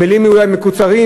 מילים אולי מקוצרות,